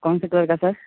कौन से कलर का सर